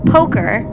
Poker